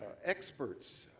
experts